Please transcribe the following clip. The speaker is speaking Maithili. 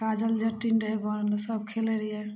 काजल जटिन रहै बनल सभ खेलै रहिए